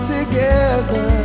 Together